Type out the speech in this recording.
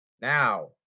Now